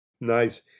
Nice